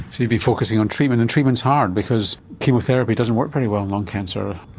so you've been focussing on treatment and treatment is hard because chemotherapy doesn't work very well on lung cancer.